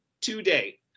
today